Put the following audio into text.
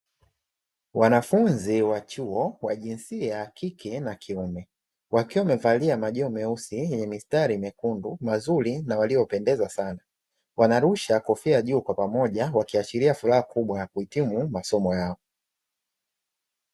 Wanafunzi wa chuo wa jinsia ya kike na kiume, wakiwa wammevalia majoho meusi yenye mistari myekundu mazuri na waliopendeza sana, wanarusha kofia juu kwa pamoja, wakiashiria furaha kubwa ya kuhitimu masomo yao.